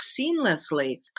seamlessly